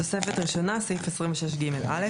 תוספת ראשונה, סעיף 26ג(א).